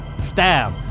stab